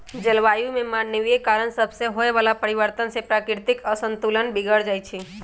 जलवायु में मानवीय कारण सभसे होए वला परिवर्तन से प्राकृतिक असंतुलन बिगर जाइ छइ